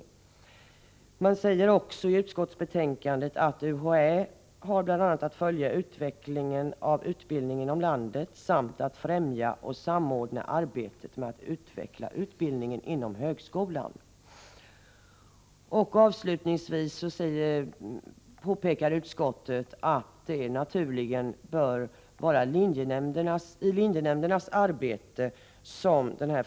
Utskottet säger också i sitt betänkande att ”UHÄ bl.a. har att följa utvecklingen av utbildning inom landet samt att främja och samordna arbetet med att utveckla utbildningen inom högskolan”. Avslutningsvis påpekar utskottet att dessa frågor naturligen bör komma upp till bedömning i linjenämndernas arbete.